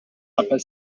upper